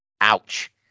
Ouch